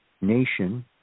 Nation